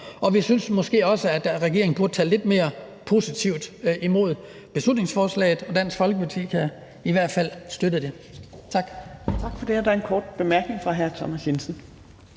og vi synes måske også, at regeringen burde tage lidt mere positivt imod beslutningsforslaget. Dansk Folkeparti kan i hvert fald støtte det.